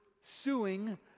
suing